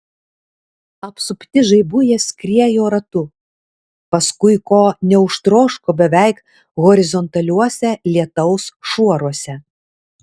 apsupti žaibų jie skriejo ratu paskui ko neužtroško beveik horizontaliuose lietaus šuoruose